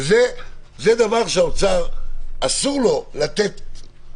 וזה דבר שאסור לאוצר לתת.